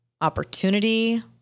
opportunity